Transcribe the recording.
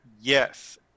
Yes